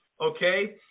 okay